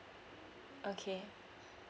okay